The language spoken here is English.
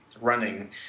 running